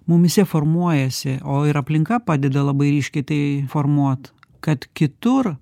mumyse formuojasi o ir aplinka padeda labai ryškiai tai formuot kad kitur